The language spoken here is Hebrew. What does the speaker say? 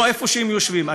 לא איפה שהם יושבים,